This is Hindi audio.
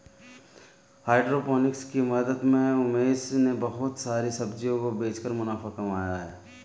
हाइड्रोपोनिक्स की मदद से उमेश ने बहुत सारी सब्जियों को बेचकर मुनाफा कमाया है